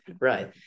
right